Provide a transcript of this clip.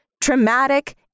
traumatic